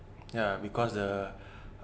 ya because the